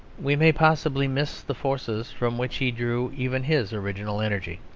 we may possibly miss the forces from which he drew even his original energy.